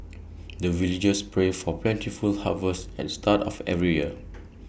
the villagers pray for plentiful harvest at start of every year